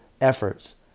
efforts